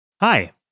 Hi